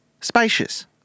spacious